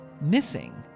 missing